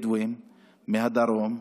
בדואים מהדרום,